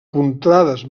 contrades